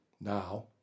Now